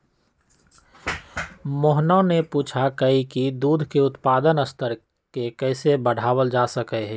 मोहना ने पूछा कई की दूध के उत्पादन स्तर के कैसे बढ़ावल जा सका हई?